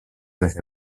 desde